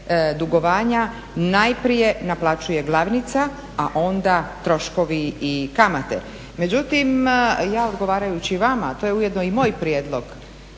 dugovanja najprije naplaćuje glavnica, a onda troškovi i kamate. međutim ja odgovarajući vama to je ujedno i moj prijedlog,